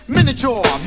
miniature